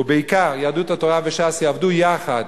ובעיקר יהדות התורה וש"ס יעבדו יחד